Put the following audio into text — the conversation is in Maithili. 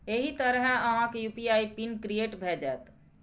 एहि तरहें अहांक यू.पी.आई पिन क्रिएट भए जाएत